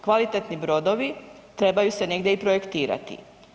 Kvalitetni brodovi trebaju se negdje i projektirati.